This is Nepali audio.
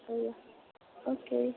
ल ओके